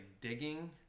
digging